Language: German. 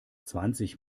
zwanzig